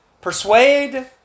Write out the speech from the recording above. persuade